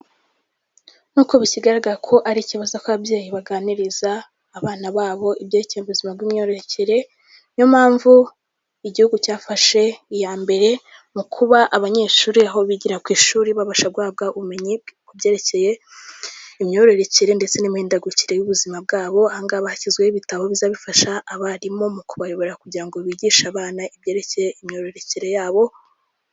Nkuko bisigaye bivugako ari ikibazo ko ababyeyi baganiriza abana babo ibyerekeye ubuzima bw'imyororokere, niyo mpamvu igihugu cyafashe iya mbere mu kuba abanyeshuri aho bigira ku ishuri babasha guhabwa ubumenyi ku byerekeye imyororokere ndetse n'imihindagukire y'ubuzima bwabo. Ahangaha hashyizweho ibitaro biza bifasha abarimu mu kubayobora kugira ngo bigishe abana ibyerekeye imyororokere yabo.